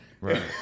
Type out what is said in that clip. Right